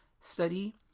study